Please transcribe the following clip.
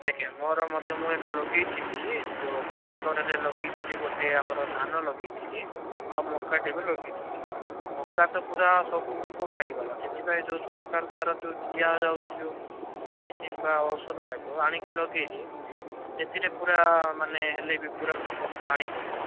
ଦେଖେ ମୋର ମଧ୍ୟ ମୁଁ ଏବେ ଲଗାଇଥିଲି ଯେଉଁ ଦୁଇ ଏକରରେ ଲଗାଇଥିଲି ଗୋଟେ ଆମର ଧାନ ଲଗାଇଥିଲି ଆଉ ମକାଟେ ବି ଲଗାଇଥିଲି ମକା ତ ପୁରା ସବୁ ପୋକ ଖାଇଗଲା ସେଥିପାଇଁ ଯେଉଁ ସରକାର ଦ୍ଵାରା ଯେଉଁ ଦିଆଯାଉଛି ଯେଉଁ ମେଡ଼ିସିନ୍ ବା ଔଷଧଯାକ ଆଣିକି ଲଗାଇଲି ସେଥିରେ ପୁରା ମାନେ ହେଲେବି ପୁରା ପୋକ ମାରି ପଡ଼ୁଛି